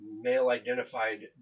male-identified